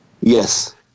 Yes